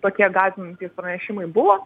tokie gąsdinantys pranešimai buvo